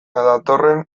datorren